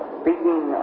speaking